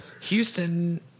Houston